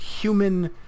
human